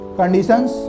conditions